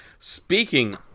speaking